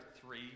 three